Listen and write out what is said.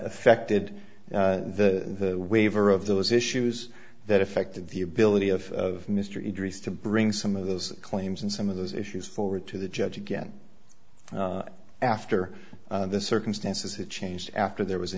affected the waiver of those issues that affected the ability of mr injuries to bring some of those claims and some of those issues forward to the judge again after the circumstances have changed after there was a